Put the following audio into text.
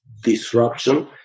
disruption